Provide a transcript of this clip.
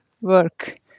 work